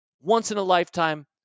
once-in-a-lifetime